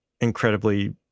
incredibly